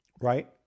Right